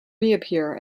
reappear